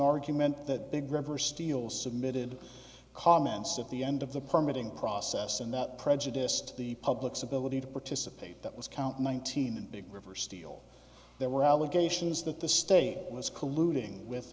argument that big river steel submitted comments at the end of the permit ing process and that prejudiced the public's ability to participate that was count nineteen in big river steel there were allegations that the state was colluding with